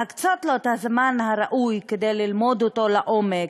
להקצות את הזמן הראוי כדי ללמוד אותו לעומק,